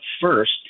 first